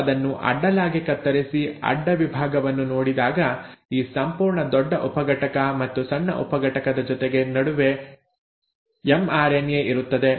ನೀವು ಅದನ್ನು ಅಡ್ಡಲಾಗಿ ಕತ್ತರಿಸಿ ಅಡ್ಡ ವಿಭಾಗವನ್ನು ನೋಡಿದಾಗ ಈ ಸಂಪೂರ್ಣ ದೊಡ್ಡ ಉಪಘಟಕ ಮತ್ತು ಸಣ್ಣ ಉಪಘಟಕದ ಜೊತೆಗೆ ನಡುವೆ ಎಂಆರ್ಎನ್ಎ ಇರುತ್ತದೆ